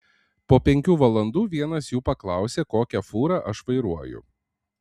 po penkių valandų vienas jų paklausė kokią fūrą aš vairuoju